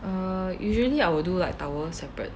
err usually I will do like towel separate